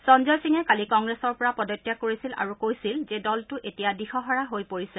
সঞ্জয় সিঙে কালি কংগ্ৰেছৰ পৰা পদত্যাগ কৰিছিল আৰু কৈছিল যে দলটো এতিয়া দিশহাৰা হৈ পৰিছে